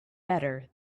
better